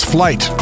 Flight